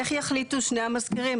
איך יחליטו שני המזכירים?